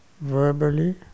verbally